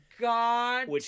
God